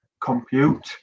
compute